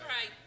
right